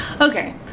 okay